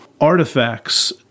artifacts